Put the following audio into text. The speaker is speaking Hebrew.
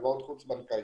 הלוואות חוץ בנקאיות,